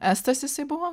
estas jisai buvo